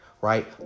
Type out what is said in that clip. right